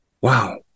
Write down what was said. wow